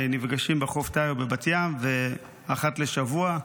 נפגשים בחוף תאיו בבת ים אחת לשבוע,